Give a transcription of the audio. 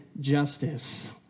justice